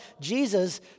Jesus